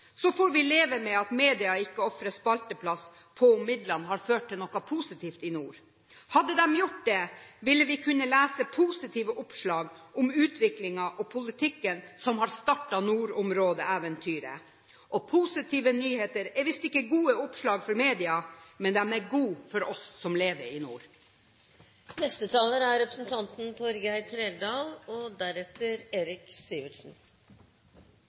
Så får vi leve med at media ikke ofrer spalteplass på hvorvidt midlene har ført til noe positivt i nord. Hadde de gjort det, kunne vi lest positive oppslag om utviklingen og politikken som har startet nordområdeeventyret. Positive nyheter er visst ikke gode oppslag for media, men de er gode for oss som lever i